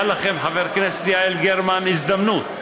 הייתה לכם, חברת הכנסת יעל גרמן, הזדמנות.